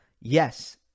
Yes